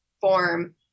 form